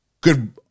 good